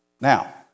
Now